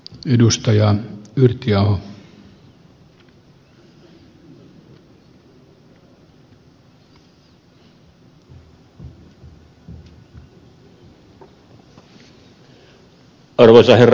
arvoisa herra puhemies